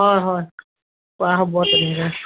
হয় হয় পৰা হ'ব তেনেকৈ